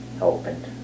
opened